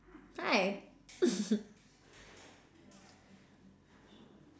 hi